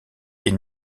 est